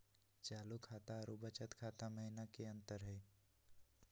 चालू खाता अरू बचत खाता महिना की अंतर हई?